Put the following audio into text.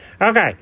Okay